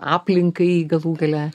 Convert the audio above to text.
aplinkai galų gale